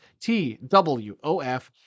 TWOF